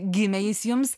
gimė jis jums